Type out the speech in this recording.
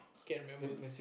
can remember